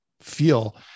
feel